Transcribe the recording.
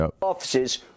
Offices